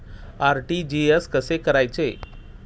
RTGS कसे करायचे?